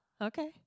Okay